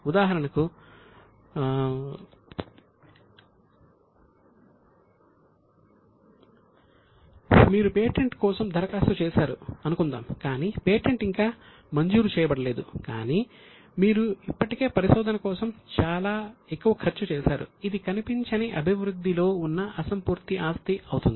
ఉదాహరణకు మీరు పేటెంట్ కోసం దరఖాస్తు చేశారు అనుకుందాం కానీ పేటెంట్ ఇంకా మంజూరు చేయబడలేదు కానీ మీరు ఇప్పటికే పరిశోధన కోసం చాలా ఎక్కువ ఖర్చు చేశారు ఇది కనిపించని అభివృద్ధిలో ఉన్న అసంపూర్తి ఆస్తి అవుతుంది